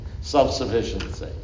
self-sufficiency